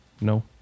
No